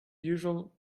usual